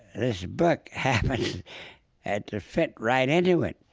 this book happens and to fit right into it,